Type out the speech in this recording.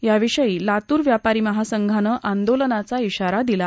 या विषयी लातूर व्यापारी महासंघानं आंदोलनाचा इशारा दिला आहे